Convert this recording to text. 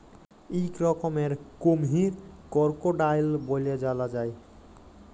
ইক রকমের কুমহির করকোডাইল ব্যলে জালা যায়